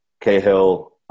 Cahill